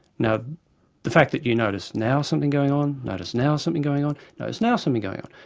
now the fact that you notice now something going on, notice now something going on, notice now something going on.